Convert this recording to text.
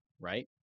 Right